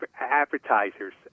advertisers